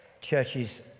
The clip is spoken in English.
churches